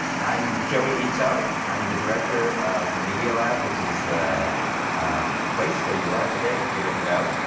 i'm joi ito, i'm the director of the media lab, which is the place where you are today, if you didn't know.